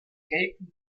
gelten